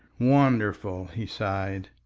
wonderful, he sighed,